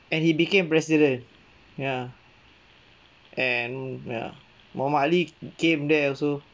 and he became president ya and ya muhammad ali came there also